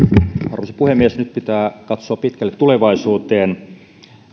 arvoisa puhemies nyt pitää katsoa pitkälle tulevaisuuteen